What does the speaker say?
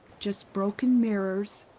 just broken mirrors,